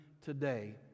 today